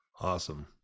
Awesome